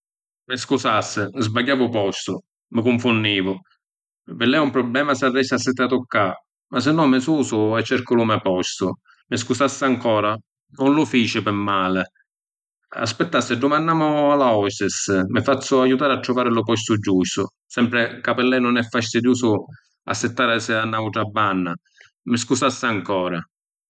Mi scusassi, sbagghiavu postu, mi cunfunnivu. Pi lei è un problema s’arrestu assittatu cca? Masinnò mi susu e cercu lu me’ postu. Mi scusassi ancora, nun lu fici pi mali. Aspittassi, dumannamu a la hostess, mi fazzu aiutari a truvari lu postu giustu, sempri ca pi lei nun è fastidiusu assittarisi a n’autra banna. Mi scusassi ancora.